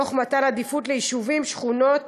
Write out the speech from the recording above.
תוך מתן עדיפות ליישובים, שכונות,